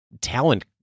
talent